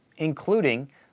including